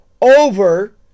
over